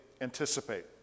anticipate